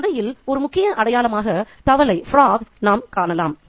கதையில் ஒரு முக்கிய அடையாளமாக தவளையை நாம் காணலாம்